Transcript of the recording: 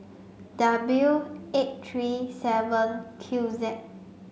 W eight three seven Q Z